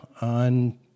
on